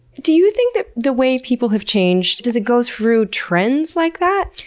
do you think that the way people have changed, does it go through trends like that?